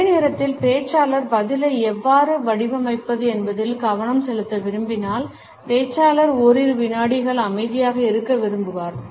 அதே நேரத்தில் பேச்சாளர் பதிலை எவ்வாறு வடிவமைப்பது என்பதில் கவனம் செலுத்த விரும்பினால் பேச்சாளர் ஓரிரு விநாடிகள் அமைதியாக இருக்க விரும்புவார்